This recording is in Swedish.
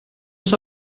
oss